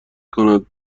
کند